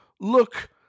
look